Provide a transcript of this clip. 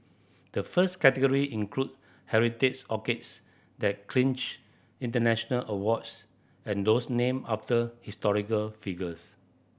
the first category include heritage orchids that clinched international awards and those named after historical figures